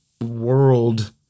world